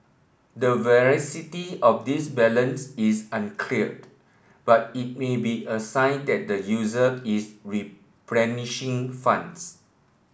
the veracity of this balance is uncleared but it may be a sign that the user is replenishing funds